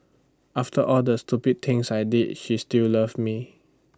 after all the stupid things I did she still loved me